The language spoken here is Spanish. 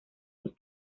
sus